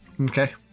okay